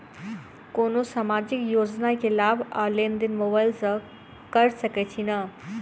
कोनो सामाजिक योजना केँ लाभ आ लेनदेन मोबाइल सँ कैर सकै छिःना?